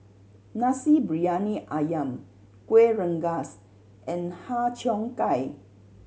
Nasi Briyani Ayam Kuih Rengas and Har Cheong Gai